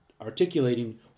articulating